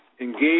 engage